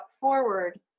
forward